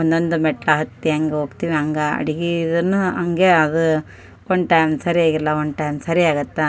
ಒಂದೊಂದು ಮೆಟ್ಲು ಹತ್ತಿ ಹೇಗ್ ಹೋಗ್ತೀವಿ ಹಾಗೇ ಅಡುಗೆ ಇದನ್ನು ಹಾಗೇ ಅದೂ ಒನ್ ಟೈಮ್ ಸರಿಯಾಗಿಲ್ಲ ಒಂದು ಟೈಮ್ ಸರಿಯಾಗುತ್ತೆ